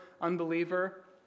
unbeliever